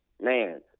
man